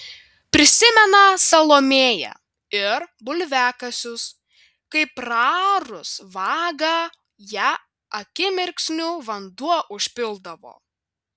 prisimena salomėja ir bulviakasius kai praarus vagą ją akimirksniu vanduo užpildavo